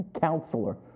counselor